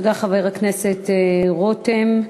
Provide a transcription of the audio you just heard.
תודה, חבר הכנסת רותם.